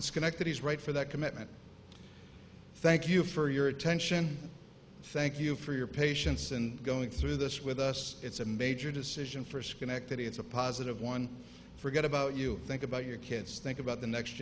schenectady is right for that commitment thank you for your attention thank you for your patience and going through this with us it's a major decision for schenectady it's a positive one forget about you think about your kids think about the next